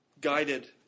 guided